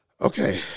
Okay